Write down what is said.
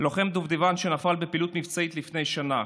לוחם דובדבן שנפל בפעילות מבצעית לפני שנה.